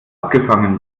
abgefangen